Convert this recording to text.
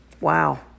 Wow